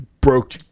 broke